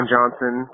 Johnson